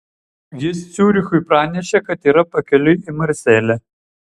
jis ciurichui pranešė kad yra pakeliui į marselį